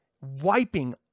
wiping